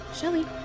Shelly